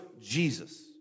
Jesus